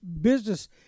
business